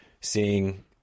seeing